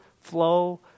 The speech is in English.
flow